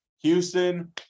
Houston